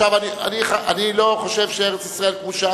אני לא חושב שארץ-ישראל כבושה,